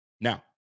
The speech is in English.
Now